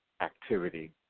activity